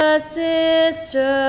sister